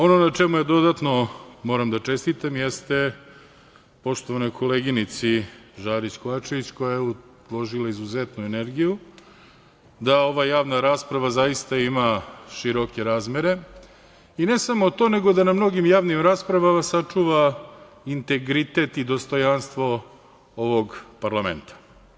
Ono na čemu dodatno moram da čestitam poštovanoj koleginici Žarić Kovačević koja je uložila izuzetnu energiju da ova javna rasprava zaista ima široke razmere, i ne samo to nego da na mnogim javnim raspravama sačuva integritet i dostojanstvo ovog parlamenta.